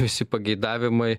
visi pageidavimai